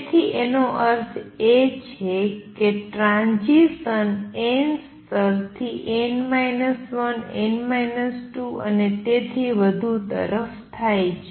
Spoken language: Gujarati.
તેથી એનો અર્થ એ છે કે ટ્રાંઝીસન n સ્તરથી n 1 n 2 અને તેથી વધુ તરફ થાય છે